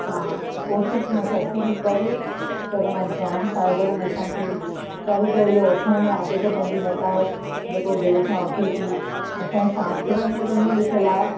हा कोशिशि न सची में कर त हिन मां जाम फ़ाइदा आहिनि असांखे पहिरीं त इअं उथण जी आदति पंहिंजी मटाए जे को देर सां उथे थी असांजे शास्त्रनि में त इअं लिखियल आहे